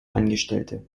angestellte